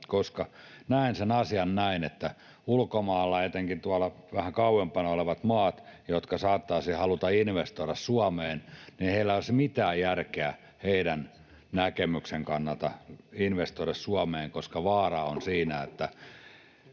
syyt. Näen sen asian näin, että ulkomailla — etenkin tuolla vähän kauempana olevat maat, jotka saattaisivat haluta investoida Suomeen — ei olisi mitään järkeä heidän näkemyksensä kannalta investoida Suomeen, koska vaara on siinä, että...